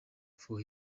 for